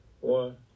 one